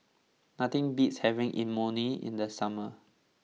nothing beats having Imoni in the summer